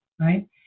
right